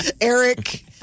Eric